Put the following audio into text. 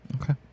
Okay